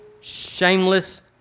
shameless